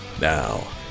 Now